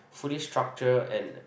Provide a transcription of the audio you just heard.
fully structure and